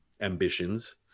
ambitions